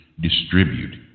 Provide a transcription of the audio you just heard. distribute